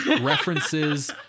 references